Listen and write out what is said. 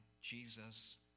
Jesus